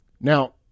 Now